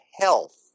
health